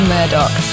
Murdoch